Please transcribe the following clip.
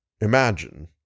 imagine